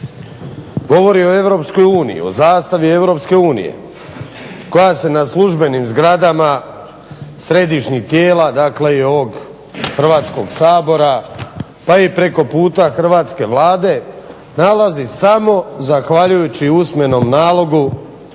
o EU, o zastavi EU koja se na službenim zgradama, središnjih tijela, dakle i ovog Hrvatskog sabora pa i preko puta hrvatske Vlade, nalazi samo zahvaljujući usmenom nalogu